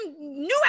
new